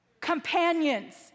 companions